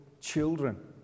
children